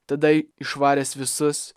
tada išvaręs visus